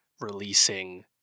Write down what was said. releasing